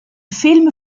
film